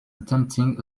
attempting